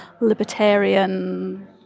libertarian